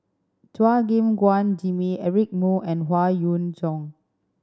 Chua Gim Guan Jimmy Eric Moo and Howe Yoon Chong